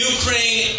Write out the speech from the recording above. Ukraine